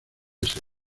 ese